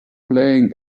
playing